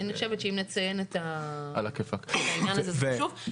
אני חושבת שאם נציין את העניין הזה, זה חשוב.